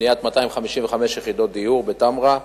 לבניית 255 יחידות דיור בתמרה.